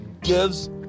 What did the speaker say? gives